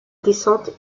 descente